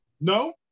no